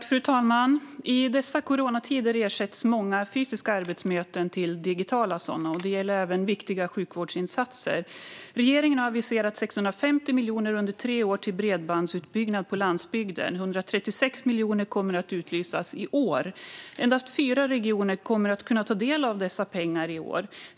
Fru talman! I dessa coronatider ersätts många fysiska arbetsmöten med digitala sådana. Detta gäller även viktiga sjukvårdsinsatser. Regeringen har aviserat 650 miljoner under tre år till bredbandsutbyggnad på landsbygden. 136 miljoner kommer att utlysas i år. Endast fyra regioner kommer att kunna ta del av dessa pengar i år.